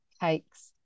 cakes